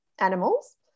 animals